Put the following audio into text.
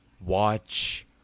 watch